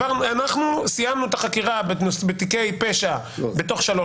סיימנו את החקירה בתיקי פשע בתוך שלוש